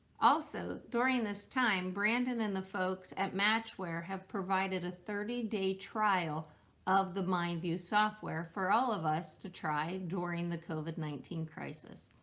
also, during this time, brandon and the folks at matchware have provided a thirty day trial of the mindview software for all of us to try during the covid nineteen crisis.